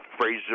Fraser